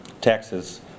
taxes